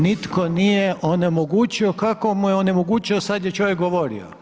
Nitko nije onemogućio, kako mu je onemogućio, sad je čovjek govorio.